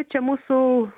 čia mūsų